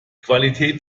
qualität